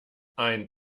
ein